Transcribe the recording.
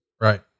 right